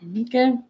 Okay